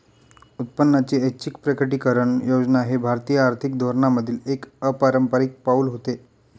उत्पन्नाची ऐच्छिक प्रकटीकरण योजना हे भारतीय आर्थिक धोरणांमधील एक अपारंपारिक पाऊल होते